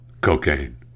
cocaine